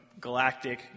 galactic